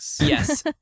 yes